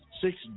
six